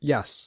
Yes